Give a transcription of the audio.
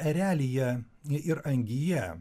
erelyje ir angyje